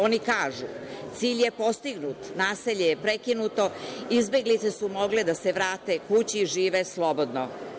Oni kažu – cilj je postignut, nasilje je prekinuto, izbeglice su mogle da se vrate kući i žive slobodno.